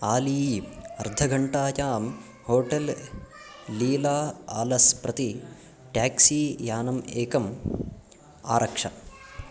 आली अर्धघण्टायां होटेल् लीला आलस् प्रति टेक्सी यानम् एकम् आरक्ष